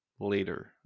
later